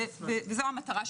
זו המטרה.